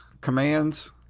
commands